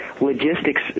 logistics